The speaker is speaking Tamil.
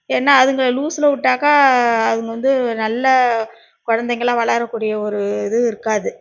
ஏன்னால் அதுங்களை லூசில் விட்டாக்கா அதுங்கள் வந்து நல்ல குழந்தைங்களா வளரக்கூடிய ஒரு இது இருக்காது